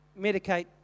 medicate